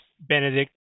Benedict